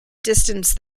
distance